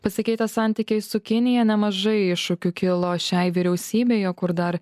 pasikeitę santykiai su kinija nemažai iššūkių kilo šiai vyriausybei o kur dar